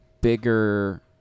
bigger